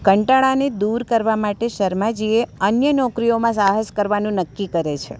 કંટાળાને દૂર કરવા માટે શર્માજીએ અન્ય નોકરીઓમાં સાહસ કરવાનું નક્કી કરે છે